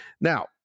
Now